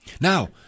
Now